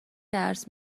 درس